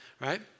right